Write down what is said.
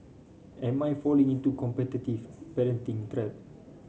am I falling into competitive parenting trap